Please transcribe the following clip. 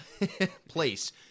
place